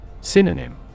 Synonym